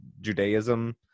judaism